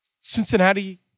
Cincinnati